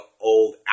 old